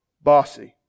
bossy